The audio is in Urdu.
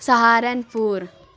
سہارن پور